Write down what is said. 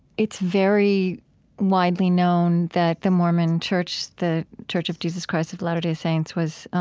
it's very widely known that the mormon church, the church of jesus christ of latter-day saints, was, um,